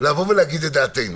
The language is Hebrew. לבוא ולהגיד את דעתנו.